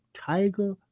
Tiger